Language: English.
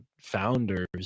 founders